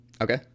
Okay